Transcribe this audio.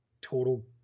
total